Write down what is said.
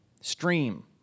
Stream